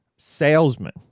Salesman